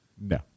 No